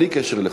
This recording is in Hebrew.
בלי קשר לחוק,